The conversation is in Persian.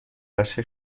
عاشق